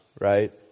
right